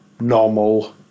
normal